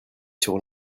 sur